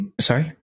Sorry